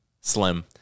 Slim